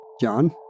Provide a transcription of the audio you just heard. John